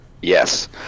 Yes